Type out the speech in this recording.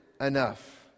enough